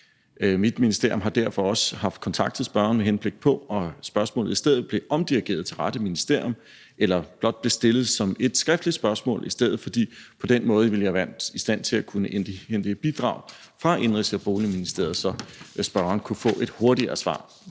Mit ministerium har derfor også haft kontakt til spørgeren, med henblik på at spørgsmålet i stedet blev omdirigeret til rette ministerium eller blev stillet som et skriftligt spørgsmål i stedet for, for på den måde ville jeg være i stand til at kunne indhente bidrag fra Indenrigs- og Boligministeriet, så spørgeren kunne få et hurtigere svar.